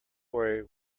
worry